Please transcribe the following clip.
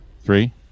three